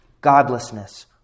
Godlessness